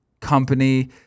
company